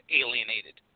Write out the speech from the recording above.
alienated